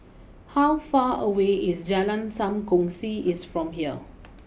how far away is Jalan Sam Kongsi is from here